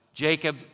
Jacob